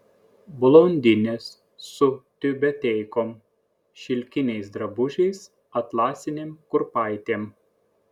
blondinės su tiubeteikom šilkiniais drabužiais atlasinėm kurpaitėm